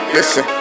Listen